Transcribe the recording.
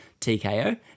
TKO